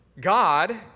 God